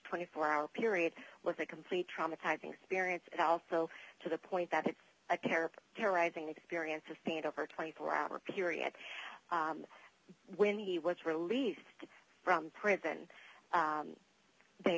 twenty four hour period was a complete traumatizing experience and also to the point that it's a terrible terrorizing experience to stand over twenty four hour period when he was released from prison they